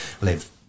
live